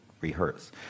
rehearse